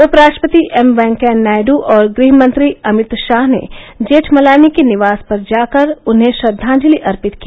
उपराष्ट्रपति एम वेंकैया नायड् और गृहमंत्री अमित षाह ने जेठमलानी के निवास पर जाकर उन्हें श्रद्धांजलि अर्पित की